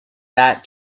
that